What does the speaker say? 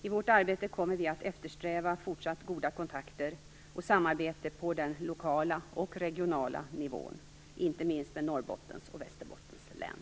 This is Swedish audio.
I vårt arbete kommer vi att eftersträva fortsatt goda kontakter och samarbete med den lokala och regionala nivån, inte minst med Norrbottens och Västerbottens län.